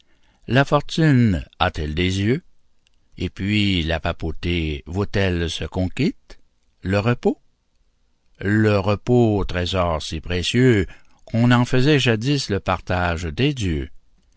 la fortune a-t-elle des yeux et puis la papauté vaut-elle ce qu'on quitte le repos le repos trésor si précieux qu'on en faisait jadis le partage des dieux